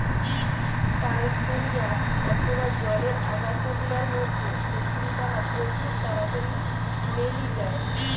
parthenium অথবা জলের আগাছা গুলার মধ্যে কচুরিপানা প্রচুর তাড়াতাড়ি মেলি যায়